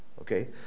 Okay